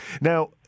Now